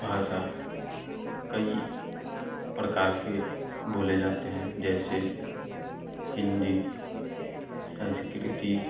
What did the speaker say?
भाषा कई प्रकार के बोले जाते हैं जैसे हिंदी संस्कृत